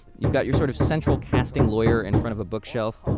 you've got your sort of central casting lawyer in front of bookshelf,